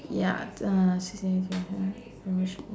ya